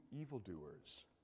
evildoers